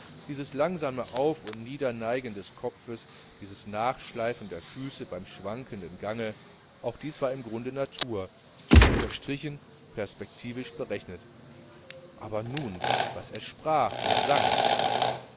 dieses langsame auf und niederneigen des kopfes dieses nachschleifen der füße beim schwankenden gange auch dies war im grunde natur nur unterstrichen perspektivisch berechnet aber nun was er sprach und sang